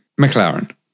McLaren